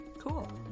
cool